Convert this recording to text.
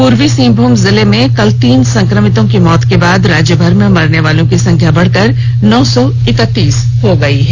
पूर्वी सिंहभूम जिले में कल तीन संक्रमितों की मौत के बाद राज्यभर में मरनेवालों की संख्या बढ़कर नौ सौ इकतीस हो गयी है